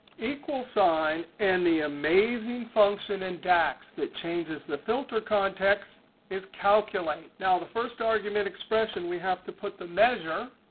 equals sign. and the amazing function in dax that changes the filter contexts is calculate. now, the first argument expression we have to put the measure,